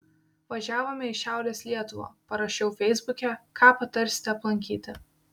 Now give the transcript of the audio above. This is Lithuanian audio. važiavome į šiaurės lietuvą parašiau feisbuke ką patarsite aplankyti